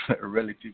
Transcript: relative